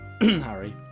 Harry